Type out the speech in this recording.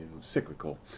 cyclical